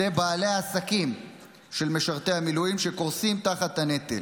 בעלי העסקים משרתי המילואים שקורסים תחת הנטל.